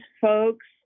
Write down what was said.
folks